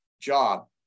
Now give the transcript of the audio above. job